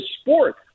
sport